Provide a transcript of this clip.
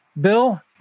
Bill